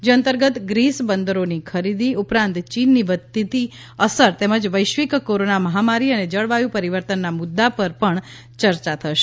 જે અંતર્ગત ગ્રીસ બંદરોની ખરીદી ઉપરાંત ચીનની વધતી અસર તેમજ વૈશ્વિક કોરોના મહામારી અને જળવાયું પરિવર્તનના મુદ્દા પર પણ ચર્ચા થશે